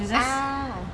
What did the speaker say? ah